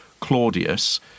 Claudius